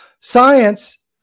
Science